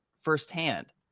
firsthand